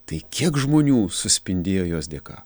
tai kiek žmonių suspindėjo jos dėka